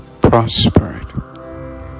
prospered